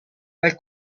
dal